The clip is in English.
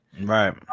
Right